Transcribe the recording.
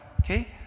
okay